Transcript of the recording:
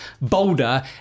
boulder